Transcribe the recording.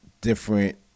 different